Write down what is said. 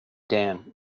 dan